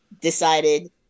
decided